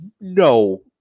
no